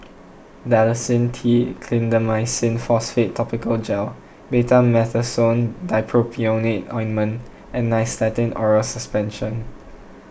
Dalacin T Clindamycin Phosphate Topical Gel Betamethasone Dipropionate Ointment and Nystatin Oral Suspension